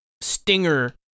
stinger